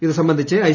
ഇത് സംബന്ധിച്ച് ഐ